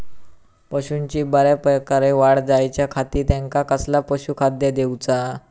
पशूंची बऱ्या प्रकारे वाढ जायच्या खाती त्यांका कसला पशुखाद्य दिऊचा?